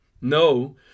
No